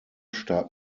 starb